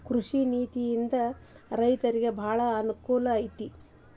ಕೃಷಿ ನೇತಿಯಿಂದ ರೈತರಿಗೆ ಬಾಳ ಅನಕೂಲ ಐತಿ